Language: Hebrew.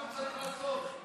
ועכשיו הוא צריך לעשות,